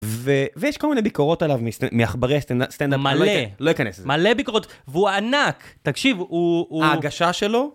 ויש כל מיני ביקורות עליו מעכברי הסטנדאפ, מלא. לא אכנס לזה. מלא ביקורות, והוא ענק. תקשיב, הוא... ההגשה שלו...